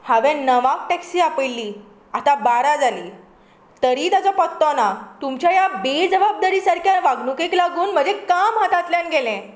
हांवें णवांक टॅक्सि आपयिल्ली आतां बारा जाली तरी ताजो पत्तो ना तुमच्या ह्या बेजबाबदारी सारकी वागणुकेक लागून म्हजें काम हातांतल्यान गेलें